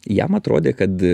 jam atrodė kad